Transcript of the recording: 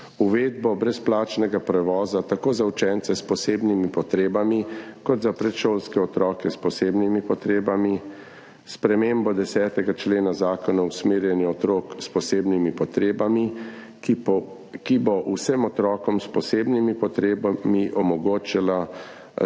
uvedbo brezplačnega prevoza tako za učence s posebnimi potrebami kot za predšolske otroke s posebnimi potrebami, spremembo 10. člena Zakona o usmerjanju otrok s posebnimi potrebami, ki bo vsem otrokom s posebnimi potrebami omogočala stalnega